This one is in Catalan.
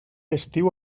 estiu